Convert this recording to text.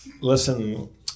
Listen